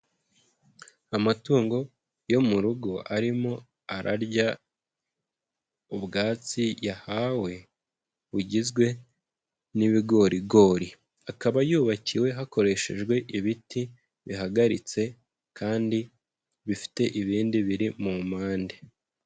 Amatungo yo mu rugo arimo ararya ubwatsi yahawe bugizwe n'ibigorigori. Akaba yubakiwe hakoreshejwe ibiti bihagaritse. Kandi bifite ibindi biri mu mpande.